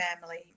family